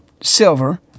silver